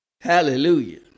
Hallelujah